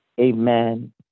amen